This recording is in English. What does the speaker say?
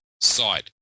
site